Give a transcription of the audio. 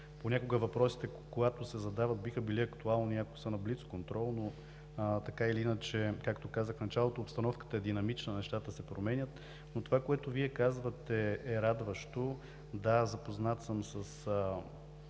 понякога въпросите, които се задават, биха били актуални, ако са на блицконтрол, но както казах в началото, обстановката е динамична, нещата се променят. Това, което Вие казвате, е радващо. Да, запознат съм с